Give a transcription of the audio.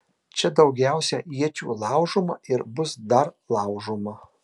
čia daugiausiai iečių laužoma ir bus dar laužoma